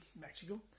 Mexico